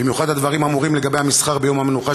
במיוחד הדברים אמורים לגבי המסחר ביום המנוחה,